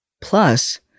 plus –